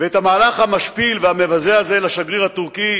ואת המהלך המשפיל והמבזה הזה לשגריר הטורקי,